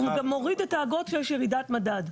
הוא גם מוריד את האגרות כשיש ירידת מדד.